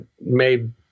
made